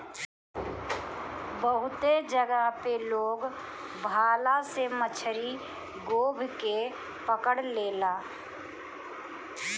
बहुते जगह पे लोग भाला से मछरी गोभ के पकड़ लेला